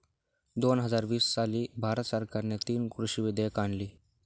दोन हजार वीस साली भारत सरकारने तीन कृषी विधेयके आणली